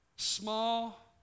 small